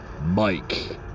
Mike